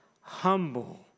humble